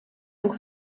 pour